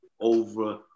over